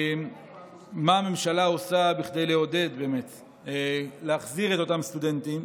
מה הממשלה עושה כדי לעודד ולהחזיר את אותם סטודנטים?